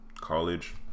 college